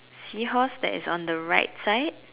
seahorse that is on the right side